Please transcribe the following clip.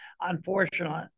unfortunately